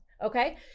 okay